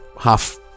half